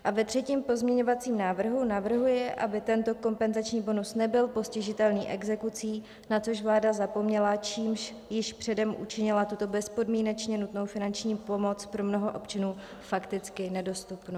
A ve třetím pozměňovacím návrhu navrhuji, aby tento kompenzační bonus nebyl postižitelný exekucí, na což vláda zapomněla, čímž již předem učinila tuto bezpodmínečně nutnou finanční pomoc pro mnoho občanů fakticky nedostupnou.